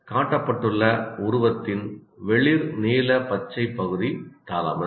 காட்டப்பட்டுள்ள உருவத்தின் வெளிர் நீல பச்சை பகுதி தாலமஸ்